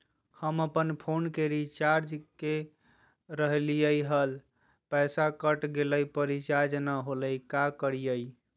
हम अपन फोन के रिचार्ज के रहलिय हल, पैसा कट गेलई, पर रिचार्ज नई होलई, का करियई?